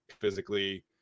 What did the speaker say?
physically